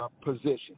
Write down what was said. position